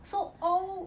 so all